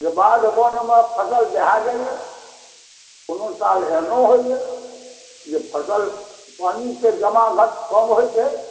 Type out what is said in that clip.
जे बाध बॉन मे फसल दहा जाइया कोनो साल एहनो होइया जे फसल पानि के जमागत कम होइ छै